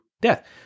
death